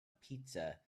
pizza